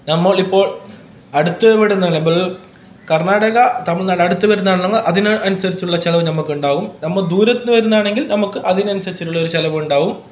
നമ്മൾ ഇപ്പോൾ അടുത്ത് ഇവിടുന്ന് ബ് കർണാടക തമിഴ് നാട് അടുത്ത് വരുന്നതാണ് നിങ്ങൾ അതിന് അനിസരിച്ചുള്ള ചിലവ് നമുക്കുണ്ടാവും നമ്മൾ ദൂരത്തൂന്ന് വരുന്നതാണെങ്കിൽ നമുക്ക് അതിനനുസരിച്ചിട്ടുള്ള ഒരു ചിലവ് ഉണ്ടാവും